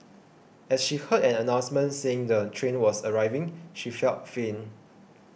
as she heard an announcement saying the train was arriving she felt faint